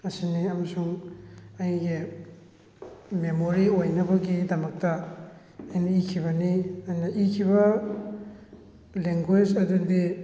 ꯑꯁꯤꯅꯤ ꯑꯃꯁꯨꯡ ꯑꯩꯒꯤ ꯃꯦꯃꯣꯔꯤ ꯑꯣꯏꯅꯕꯒꯤꯗꯃꯛꯇ ꯑꯩꯅ ꯏꯈꯤꯕꯅꯤ ꯑꯩꯅ ꯏꯈꯤꯕ ꯂꯦꯡꯒ꯭ꯋꯦꯖ ꯑꯗꯨꯗꯤ